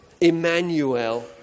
Emmanuel